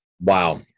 Wow